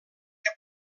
que